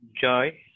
joy